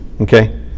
okay